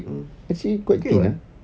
mm okay [what]